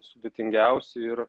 sudėtingiausi ir